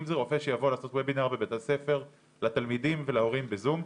אם זה רופא שיבוא לעשות וובינר בבית הספר לתלמידים ולהורים בזום,